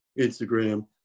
instagram